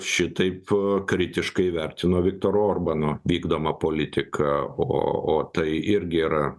šitaip kritiškai vertino viktoro orbano vykdoma politikąo o tai irgi yra